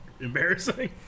embarrassing